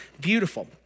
beautiful